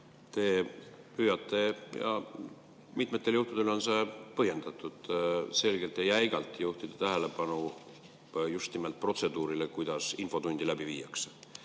Te püüate – ja mitmetel juhtudel on see põhjendatud – selgelt ja jäigalt juhtida tähelepanu just nimelt protseduurile, kuidas infotundi läbi viiakse.